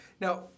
now